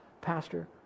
Pastor